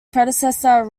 predecessor